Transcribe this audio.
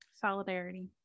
Solidarity